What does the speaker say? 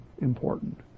important